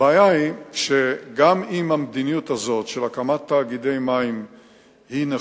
הבעיה היא שגם אם המדיניות הזאת של הקמת תאגידי מים נכונה